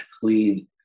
clean